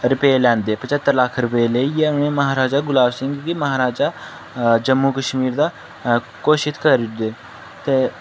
रपेऽ लैंदे पचत्तर लक्ख रपेऽ लेइयै उ'नें ई म्हाराजा गुलाब सिंह गी म्हाराजा जम्मू कश्मीर दा घोशित करी ओड़दे ते